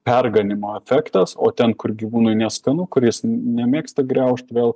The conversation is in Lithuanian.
perganymo efektas o ten kur gyvūnui neskanu kuris nemėgsta griaužt vėl